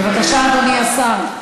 בבקשה, אדוני השר.